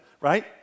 right